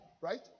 Right